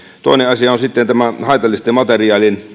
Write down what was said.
toinen asia on sitten haitalliset materiaalit